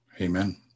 Amen